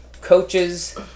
coaches